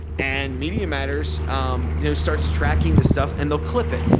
and media matters um you know starts tracking this stuff and they'll clip it.